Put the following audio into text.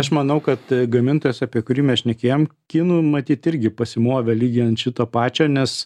aš manau kad gamintojas apie kurį mes šnekėjom kinų matyt irgi pasimovė lygiai ant šito pačio nes